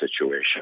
situation